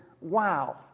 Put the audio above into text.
wow